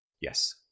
Yes